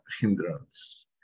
hindrance